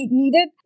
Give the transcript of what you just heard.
needed